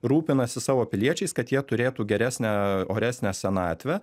rūpinasi savo piliečiais kad jie turėtų geresnę oresnę senatvę